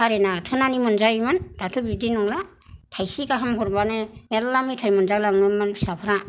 सारेना आथोनानि मोनजायोमोन दाथ' बिदि नंला थायसे गाहाम हरबानो मेरला मेथाय मोनजालाङोमोन फिसाफ्रा